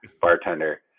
bartender